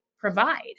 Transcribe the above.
provide